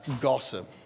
gossip